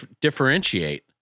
differentiate